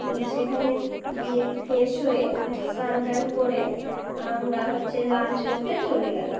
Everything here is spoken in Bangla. সেখানে গিয়ে ফ্রেশ হয়ে স্নান টান করে আমরা হচ্ছে লাঞ্চ করতে চলে গেলাম